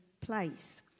place